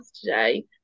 today